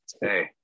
hey